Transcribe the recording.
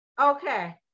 Okay